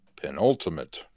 penultimate